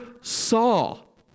Saul